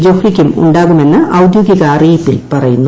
ജൊഹ്റിക്കും ഉണ്ടാകുമെന്ന് ഔദ്യോഗിക അറിയിപ്പിൽ പറയുന്നു